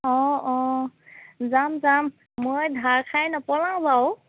অঁ অঁ যাম যাম মই ধাৰ খাই নপলাওঁ বাৰু